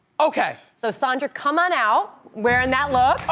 okay. so sandra, come on out wearing that look.